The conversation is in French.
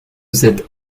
cet